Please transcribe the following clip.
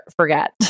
forget